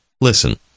Listen